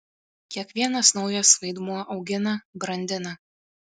kiekvienas naujas vaidmuo augina brandina